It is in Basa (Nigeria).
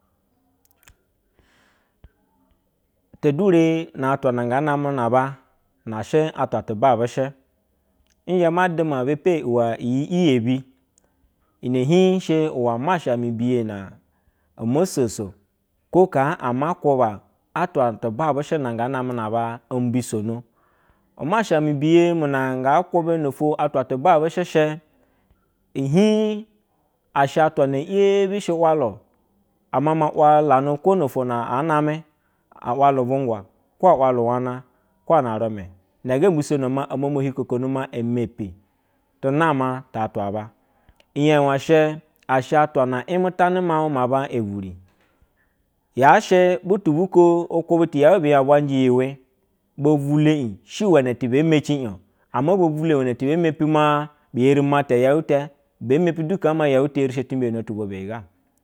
Te dure na atwa na ngaa namɛ na aba na she na atwa tɛ babɛshɛ. Nzhɛ ma duma epe iwe iyi iyebi na omo soso kwo kaa ama kwuba atwa te babɛshɛ na ngaa na aba o mbisono. Umasha mi biye mu na ngaa kwube no ofwo atwa tɛbabɛshɛ shɛ, ihiij a she atwa na yebi shewalu, amama wala nu kwo noofwo na aa namɛ a walu vwujgwa kwo a walu wana, kwo a walu remu. Ine ge mhisono maa, o momo hikokonu maa e mepi tu nama ta atwa aba. Iyenwɛ shsɛ ashɛ atwa na yemetanɛ maiuj ma abba evwuri. Yaa she butu buko u kwube ti yeu ba nya bwa njɛ iyi iwɛ, bo vwulo ij she iwene ti bee meci ijo ama bo vwulo iwɛnɛ ti bee mepi maa bi eri mata yeu ɛtɛ, bee mepi du kaa maa yeu ɛtɛ eri ya sha timbiyono tubwa beyi ga.